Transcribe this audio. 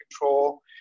control